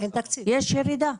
יש ירידה.